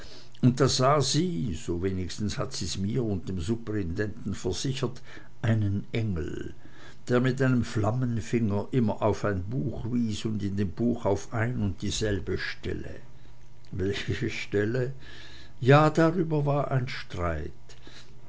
und da sah sie so wenigstens hat sie's mir und dem superintendenten versichert einen engel der mit seinem flammenfinger immer auf ein buch wies und in dem buch auf eine und dieselbe stelle welche stelle ja darüber war ein streit